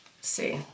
see